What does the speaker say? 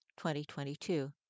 2022